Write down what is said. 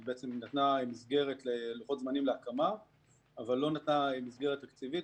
היא נתנה מסגרת ולוחות זמנים להקמה אבל לא נתנה מסגרת תקציבית,